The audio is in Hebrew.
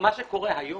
היום